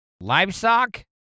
Livestock